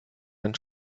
ein